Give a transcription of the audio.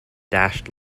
dashed